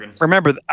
Remember